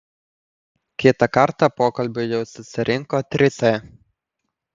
kitą kartą pokalbiui jau susirinko trise